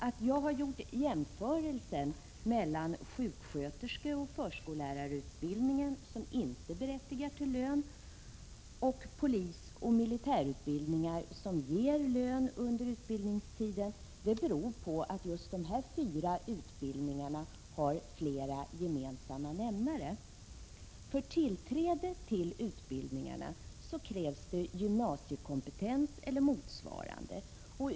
Att jag har gjort jämförelsen mellan sjuksköterskeoch förskollärarutbildningen, som inte berättigar till lön, och polisoch militärutbildningen, som berättigar till lön under utbildningstiden, beror på att dessa fyra utbildningar har flera gemensamma nämnare. För tillträde till utbildningarna krävs gymnasiekompetens eller motsvarande.